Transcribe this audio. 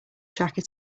tracker